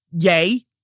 Yay